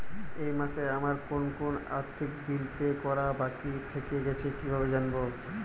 এই মাসে আমার কোন কোন আর্থিক বিল পে করা বাকী থেকে গেছে কীভাবে জানব?